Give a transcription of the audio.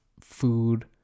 food